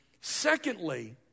Secondly